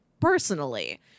personally